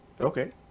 Okay